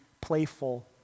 playful